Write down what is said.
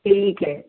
ਠੀਕ ਹੈ